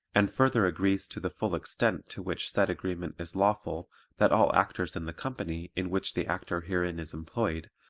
and further agrees to the full extent to which said agreement is lawful that all actors in the company in which the actor herein is employed,